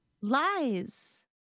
Lies